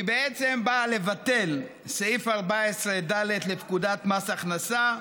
היא בעצם באה לבטל את סעיף 14(ד) לפקודת מס הכנסה,